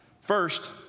First